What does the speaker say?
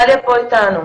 איתנו.